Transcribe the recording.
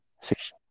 six